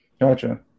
Gotcha